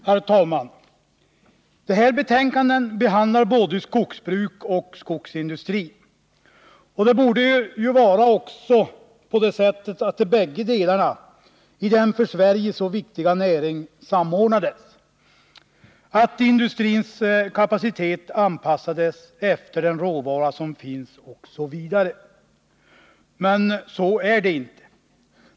Herr talman! De här betänkandena behandlar både skogsbruk och skogsindustri. Det borde också vara så att de bägge delarna i en för Sverige så viktig näring samordnades, att industrins kapacitet anpassades efter den råvara som finns osv. Men så är det inte.